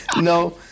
no